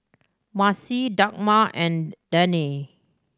Marci Dagmar and Danae